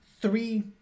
three